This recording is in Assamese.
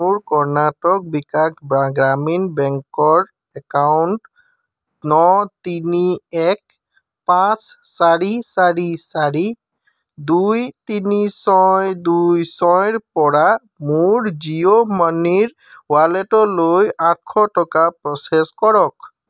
মোৰ কৰ্ণাটক বিকাশ গ্ৰামীণ বেংকৰ একাউণ্ট ন তিনি এক পাঁচ চাৰি চাৰি চাৰি দুই তিনি ছয় দুই ছয়ৰ পৰা মোৰ জিঅ' মানিৰ ৱালেটলৈ আঠশ টকা প্ৰ'চেছ কৰক